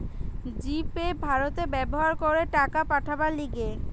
জি Pay ভারতে ব্যবহার করে টাকা পাঠাবার লিগে